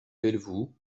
pelvoux